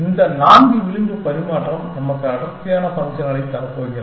இந்த நான்கு விளிம்பு பரிமாற்றம் நமக்கு அடர்த்தியான ஃபங்க்ஷன்களைத் தரப்போகிறது